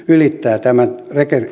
ylittää tämän